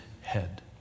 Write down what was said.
head